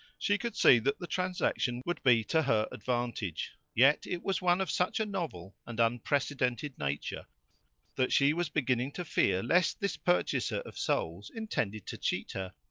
she could see that the transaction would be to her advantage, yet it was one of such a novel and unprecedented nature that she was beginning to fear lest this purchaser of souls intended to cheat her.